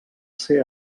ser